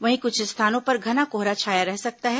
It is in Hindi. वहीं कुछ स्थानों पर घना कोहरा छाया रह सकता है